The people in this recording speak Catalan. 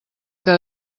que